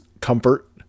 comfort